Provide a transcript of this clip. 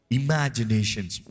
imaginations